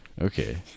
Okay